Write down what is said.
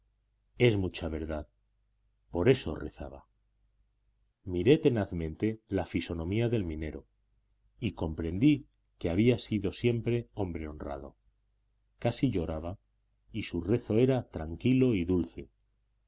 es mucha verdad por eso rezaba miré tenazmente la fisonomía del minero y comprendí que había sido siempre hombre honrado casi lloraba y su rezo era tranquilo y dulce